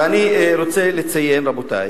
ואני רוצה לציין, רבותי,